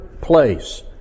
place